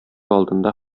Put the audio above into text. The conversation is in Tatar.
алдында